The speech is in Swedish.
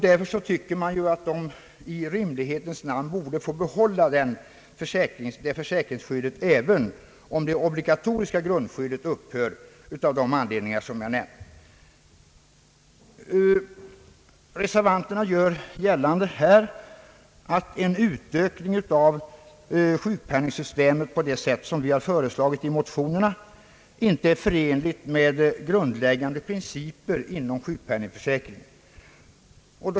Därför tycker man att de i rimlighetens namn borde få behålla detta frivilliga försäkringsskydd, även om det obligatoriska grundskyddet upphör av de anledningar jag nämnt. Reservanterna gör gällande att en utökning av sjukpenningsystemet på det sätt vi föreslagit i motionerna inte är förenlig med grundläggande principer inom sjukpenningförsäkringen.